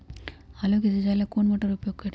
आलू के सिंचाई ला कौन मोटर उपयोग करी?